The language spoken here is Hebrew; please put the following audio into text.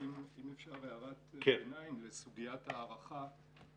אפשר הערת ביניים לסוגיית ההערכה.